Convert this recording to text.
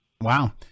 Wow